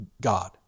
God